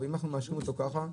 אם אנחנו מאשרים את החוק כך,